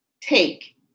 Take